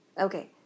Okay